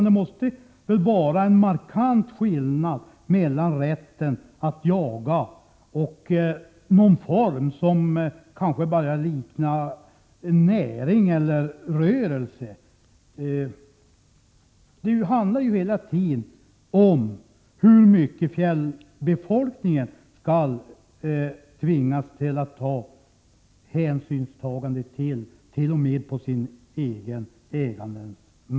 Det måste väl vara en markant skillnad mellan rätten att jaga och något som liknar näring eller rörelse. Det handlar ju hela tiden om hur mycket fjällbefolkningen skall tvingas att ta hänsyn, trots att det gäller den egna marken.